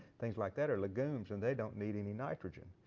things like that are lagoons and they don't need any nitrogen.